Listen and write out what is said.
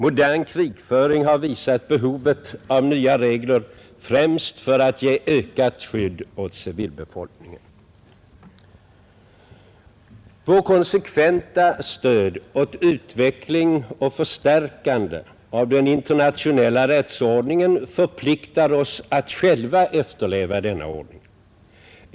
Modern krigföring har visat behovet av nya regler, främst för att ge ökat skydd åt civilbefolkningen. Vårt konsekventa stöd åt utveckling och förstärkande av den internationella rättsordningen förpliktar oss att själva efterleva denna ordning.